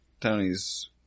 Tony's